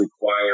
require